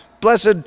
blessed